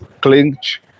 clinch